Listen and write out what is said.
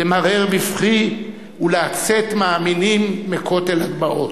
למרר בבכי ולצאת מאמינים מכותל הדמעות.